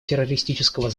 террористического